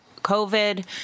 COVID